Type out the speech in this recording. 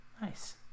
Nice